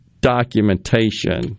documentation